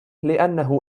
لأنه